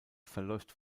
verläuft